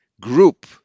group